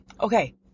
Okay